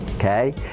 Okay